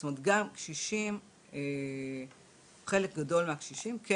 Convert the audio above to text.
זאת אומרת גם חלק גדול מהקשישים כן